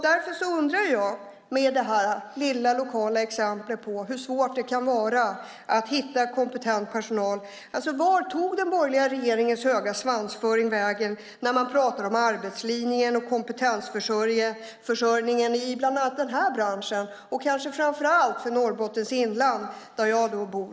Med det här lilla lokala exemplet på hur svårt det kan vara att hitta kompetent personal undrar jag: Vart tog den borgerliga regeringens höga svansföring vägen när det gäller arbetslinjen och kompetensförsörjningen i bland annat den här branschen och kanske framför allt i Norrbottens inland där jag bor?